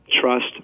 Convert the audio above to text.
Trust